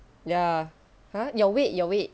ya !huh! your weight your weight